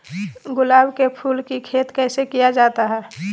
गुलाब के फूल की खेत कैसे किया जाता है?